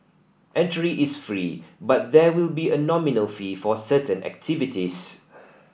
entry is free but there will be a nominal fee for certain activities